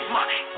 Money